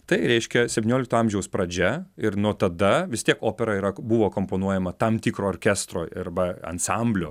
tai reiškia septyniolikto amžiaus pradžia ir nuo tada vis tiek opera yra buvo akomponuojama tam tikro orkestro irba ansamblio